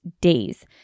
days